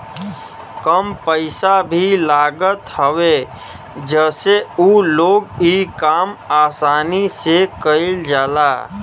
कम पइसा भी लागत हवे जसे उ लोग इ काम आसानी से कईल जाला